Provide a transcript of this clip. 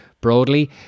broadly